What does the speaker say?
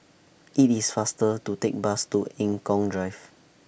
IT IS faster to Take Bus to Eng Kong Drive